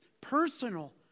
personal